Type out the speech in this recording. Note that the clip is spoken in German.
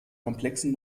komplexen